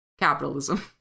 capitalism